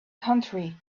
country